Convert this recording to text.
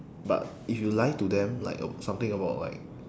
but if you lie to them like ab~ something about like